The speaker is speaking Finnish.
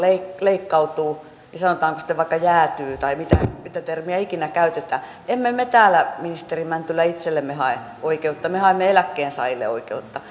leikkautuu sanotaanko sitten vaikka jäätyy tai mitä mitä termiä ikinä käytetään emme me täällä ministeri mäntylä itsellemme hae oikeutta me haemme eläkkeensaajille oikeutta